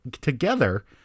together